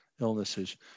illnesses